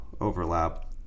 overlap